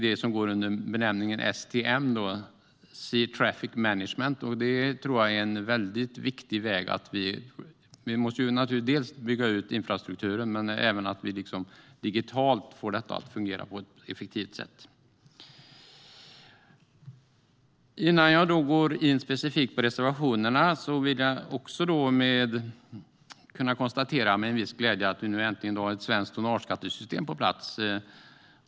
Det går under benämningen STM, Sea Traffic Management, och jag tror att det är en mycket viktig väg. Vi måste bygga ut infrastrukturen men också få detta att fungera digitalt på ett effektivt sätt. Innan jag går in specifikt på reservationerna vill jag också med viss glädje konstatera att vi äntligen har ett svenskt tonnageskattesystem på plats.